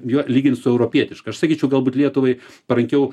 juo lygint su europietiška aš sakyčiau galbūt lietuvai parankiau